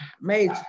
made